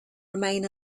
remain